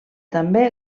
també